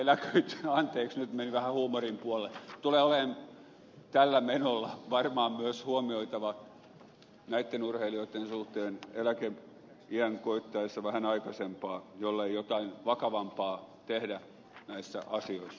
anteeksi nyt meni vähän huumorin puolelle eli tällä menolla tämä on varmaan myös huomioitava näitten urheilijoitten suhteen eläkeiän koittaessa vähän aikaisemmin jollei jotain vakavampaa tehdä näissä asioissa